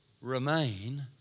remain